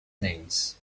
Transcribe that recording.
things